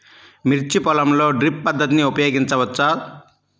మిర్చి పొలంలో డ్రిప్ పద్ధతిని ఉపయోగించవచ్చా?